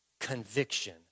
conviction